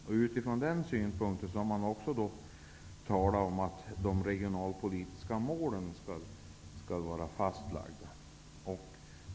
Utifrån den synpunkten har man också talat om att de regionalpolitiska målen skall vara fastlagda.